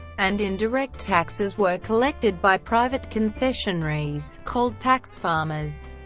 and indirect taxes were collected by private concessionaries, called tax farmers,